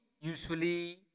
usually